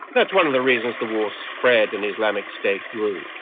that's one of the reason the war spread and islamic state rule.